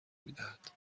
میدهد